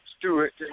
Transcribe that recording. Stewart